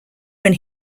when